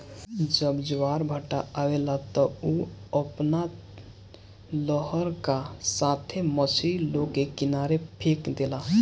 जब ज्वारभाटा आवेला त उ अपना लहर का साथे मछरी लोग के किनारे फेक देला